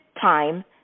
time